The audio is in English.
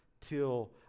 till